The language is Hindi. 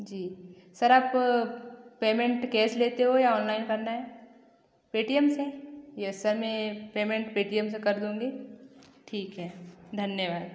सर आप पेमेंट कैस लेते हो या ऑनलाइन करना है पे टी एम से यस सर मैं पेमेंट पे टी एम से कर दूँगी ठीक है धन्यवाद